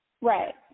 Right